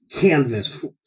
canvas